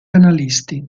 analisti